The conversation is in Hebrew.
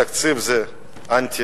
התקציב הזה אנטי-חברתי.